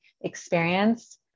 experience